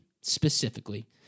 specifically